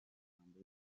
amagambo